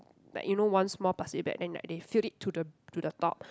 like you know one small plastic bag then like they fill it to the to the top